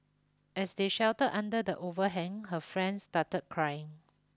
as they sheltered under the overhang her friend started crying